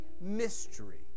mystery